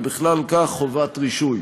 ובכלל זה חובת רישוי.